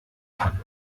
kann